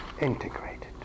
integrated